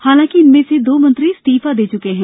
हालांकि इनमें से दो मंत्री इस्तीफा दे चुके हैं